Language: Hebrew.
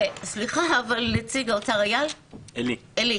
נציג האוצר עלי,